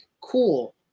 cool